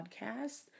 podcast